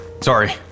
Sorry